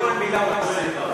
כל מילה בסלע.